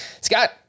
Scott